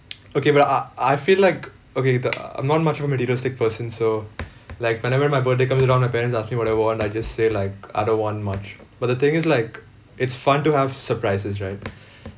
okay well I I feel like okay the I'm not much of a materialistic person so like whenever my birthday comes around my parents ask me what I want I just say like I don't want much but the thing is like it's fun to have surprises right